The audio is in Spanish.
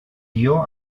guió